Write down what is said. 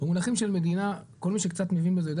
במונחים של מדינה כל מי שקצת מבין בזה יודע